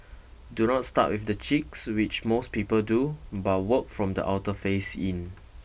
do not start with the cheeks which most people do but work from the outer face in